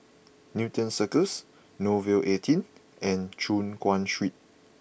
Newton Cirus Nouvel eighteen and Choon Guan Street